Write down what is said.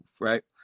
right